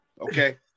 Okay